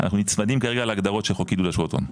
אנחנו נצמדים כרגע להגדרות של חוק עידוד השקעות הון,